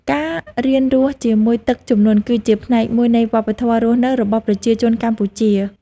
ការរៀនរស់ជាមួយទឹកជំនន់គឺជាផ្នែកមួយនៃវប្បធម៌រស់នៅរបស់ប្រជាជនកម្ពុជា។